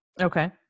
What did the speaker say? Okay